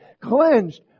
cleansed